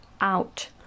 out